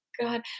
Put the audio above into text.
god